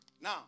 Now